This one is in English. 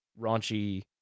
raunchy